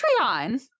Patreon